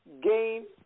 gain